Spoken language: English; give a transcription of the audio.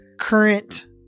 current